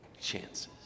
chances